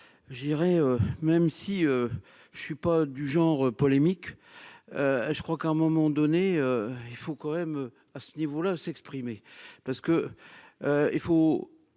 je dirais même si je ne suis pas du genre polémique et je crois qu'à un moment donné, il faut quand même à ce niveau-là s'exprimer parce que il faut